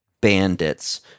bandits